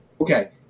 Okay